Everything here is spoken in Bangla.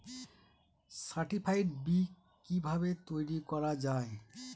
সার্টিফাইড বি কিভাবে তৈরি করা যায়?